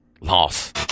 Loss